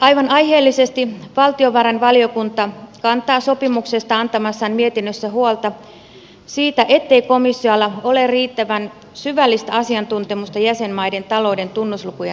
aivan aiheellisesti valtiovarainvaliokunta kantaa sopimuksesta antamassaan mietinnössä huolta siitä ettei komissiolla ole riittävän syvällistä asiantuntemusta jäsenmaiden talouden tunnuslukujen arviointiin